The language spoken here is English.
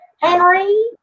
Henry